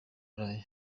burayi